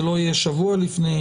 זה לא יהיה שבוע לפני.